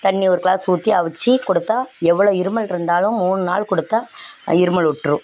தண்ணி ஒரு க்ளாஸ் ஊற்றி அவுச்சு கொடுத்தா எவ்வளோ இருமல் இருந்தாலும் மூணு நாள் கொடுத்தா இருமல் விட்ரும்